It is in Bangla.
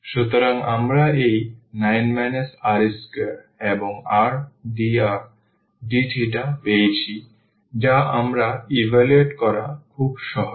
সুতরাং আমরা এই 9 r2 এবং r dr dθ পেয়েছি যা আবার ইভালুয়েট করা খুব সহজ